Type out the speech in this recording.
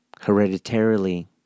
hereditarily